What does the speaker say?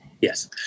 Yes